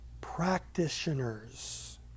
practitioners